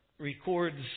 records